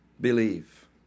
Believe